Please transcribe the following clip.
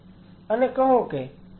અને કહો કે આ અંદરનો કલ્ચર નો ઓરડો છે